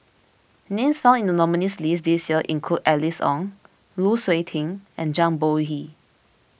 names found in the nominees' list this year include Alice Ong Lu Suitin and Zhang Bohe